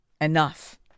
Enough